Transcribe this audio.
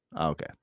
Okay